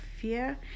fear